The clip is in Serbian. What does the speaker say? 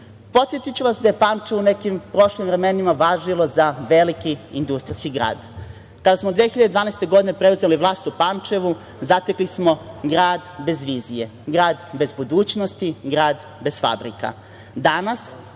razvijati. Podsetiću vas da je Pančevo u nekim prošlim vremenima važilo za veliki industrijski grad. Kada smo 2012. godine preuzeli vlast u Pančevu, zatekli smo grad bez vizije, grad bez budućnosti, grad bez fabrika.